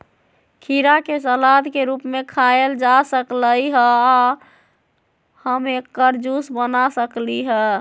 खीरा के सलाद के रूप में खायल जा सकलई ह आ हम एकर जूस बना सकली ह